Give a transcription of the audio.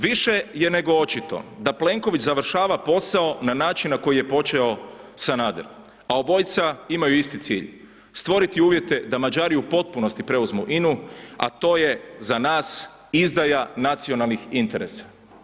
Više je nego očito da Plenković završava posao na način na koji je počeo Sanader, a obojica imaju isti cilj, stvoriti uvjete da Mađari u potpunosti preuzmu INA-u, a to je za nas izdaja nacionalnih interesa.